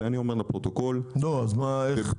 את זה אני אומר לפרוטוקול --- לא, אז מה, איך?